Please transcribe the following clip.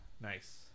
nice